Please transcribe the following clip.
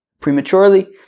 prematurely